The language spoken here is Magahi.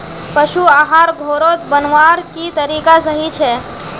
पशु आहार घोरोत बनवार की तरीका सही छे?